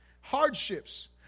Hardships